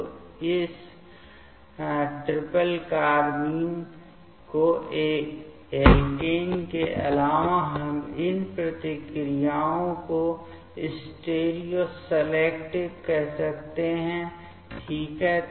तो इस triple carbine को एल्केन के अलावा हम इन प्रतिक्रियाओं को स्टीरियोसेलेक्टिव कह सकते हैं ठीक है